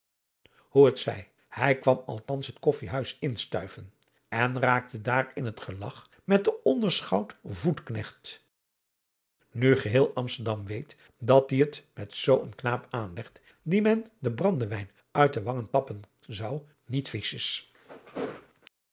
hoe het zij hij kwam althans het koffijhuis instuiven en raakte daar in t gelag met den onderschout voet knecht nu geheel amsterdam weet dat die het met zoo een knaap aanlegt dien men den brandewijn uit de wangen tappen zou niet viesch